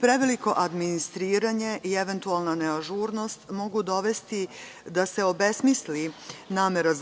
Preveliko administriranje i eventualna neažurnost mogu dovesti da se obesmisli namera